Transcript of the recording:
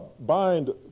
bind